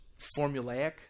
formulaic